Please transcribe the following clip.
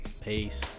Peace